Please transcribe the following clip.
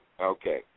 okay